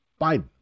Biden